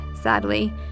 sadly